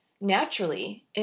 naturally